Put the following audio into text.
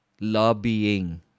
lobbying